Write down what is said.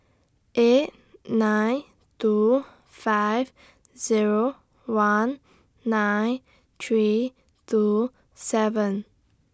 eight nine two five Zero one nine three two seven